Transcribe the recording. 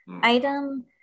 item